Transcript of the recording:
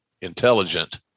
intelligent